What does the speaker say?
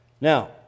Now